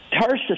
Tarsus